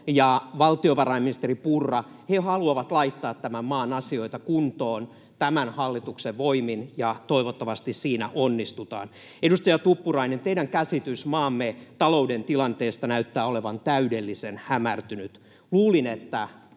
ja valtiovarainministeri Purra haluavat laittaa tämän maan asioita kuntoon tämän hallituksen voimin, ja toivottavasti siinä onnistutaan. Edustaja Tuppurainen, teidän käsityksenne maamme talouden tilanteesta näyttää olevan täydellisen hämärtynyt. Luulin, että